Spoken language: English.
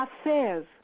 affairs